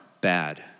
bad